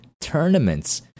tournaments